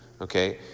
okay